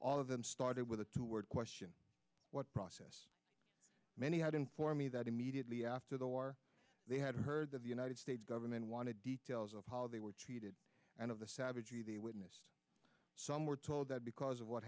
all of them started with a two word question what process many had in for me that immediately after the war they had heard that the united states government wanted details of how they were treated and of the savagery they witnessed some were told that because of what